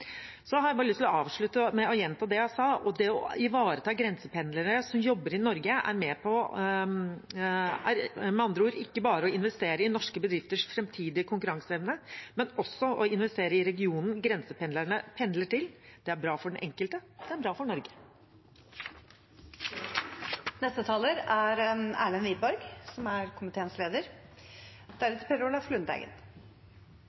Så har jeg bare lyst til å avslutte med å gjenta det jeg sa: Det å ivareta grensependlere som jobber i Norge, er med andre ord ikke bare å investere i norske bedrifters framtidige konkurranseevne, men også å investere i regionen grensependlerne pendler til. Det er bra for den enkelte, og det er bra for